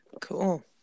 Cool